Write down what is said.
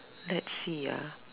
let's see